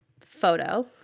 photo